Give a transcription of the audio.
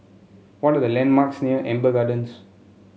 what are the landmarks near Amber Gardens